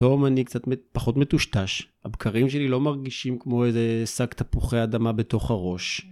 היום אני קצת פחות מטושטש, הבקרים שלי לא מרגישים כמו איזה סג תפוחי אדמה בתוך הראש.